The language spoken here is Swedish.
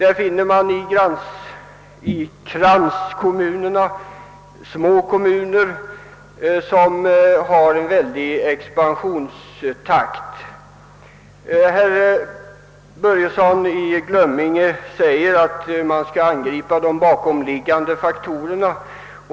Bland kranskommunerna finner man små kommuner som har en väldig expansionstakt. Herr Börjesson i Glömminge säger, att man skall angripa de bakomliggande faktorerna.